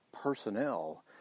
personnel